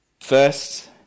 First